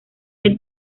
que